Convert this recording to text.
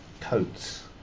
coats